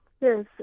Yes